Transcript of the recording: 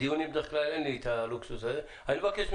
בדיונים בדרך כלל אין לי את הלוקסוס הזה אני מבקש,